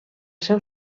seu